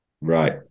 right